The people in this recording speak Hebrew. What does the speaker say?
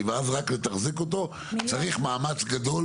ואז רק לתחזק אותו צריך מאמץ גדול